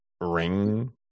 ring